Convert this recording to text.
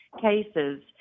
cases